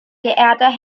geehrter